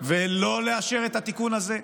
ולא לאשר את התיקון הזה.